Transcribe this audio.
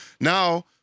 Now